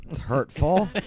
hurtful